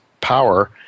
power